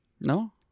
No